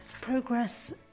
Progress